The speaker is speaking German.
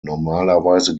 normalerweise